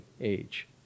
age